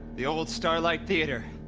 the old starlight theater